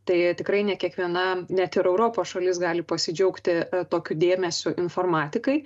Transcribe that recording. tai tikrai ne kiekviena net ir europos šalis gali pasidžiaugti tokiu dėmesiu informatikai